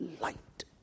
light